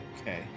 Okay